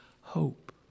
hope